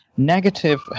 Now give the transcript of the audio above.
negative